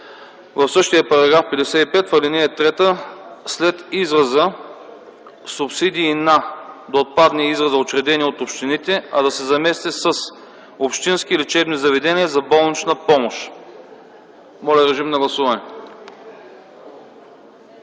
в същия § 55, в ал. 3 след израза „субсидии на” да отпадне изразът „учредени от общините”, а да се замести с „общински лечебни заведения за болнична помощ”. Моля, гласуваме!